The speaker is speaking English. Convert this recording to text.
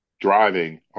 driving